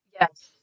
Yes